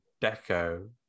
Deco